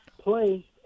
play